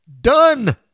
Done